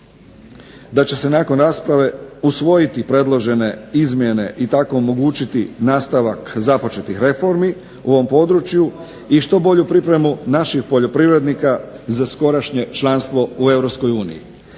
da će se nakon rasprave usvojiti predložene izmjene i tako omogućiti nastavak započetih reformi u ovom području i što bolju pripremu naših poljoprivrednika za skorašnje članstvo u